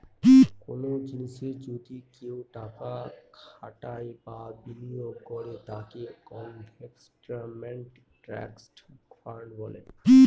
কোনো জিনিসে যদি কেউ টাকা খাটায় বা বিনিয়োগ করে তাকে ইনভেস্টমেন্ট ট্রাস্ট ফান্ড বলে